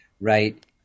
right